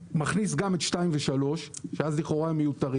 מכניס גם את (2) ו-(3) שאז לכאורה הם מיותרים